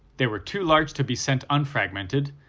they were too large to be sent unfragmented,